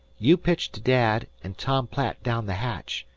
you pitch to dad an' tom platt down the hatch,